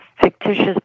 fictitious